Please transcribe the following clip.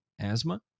asthma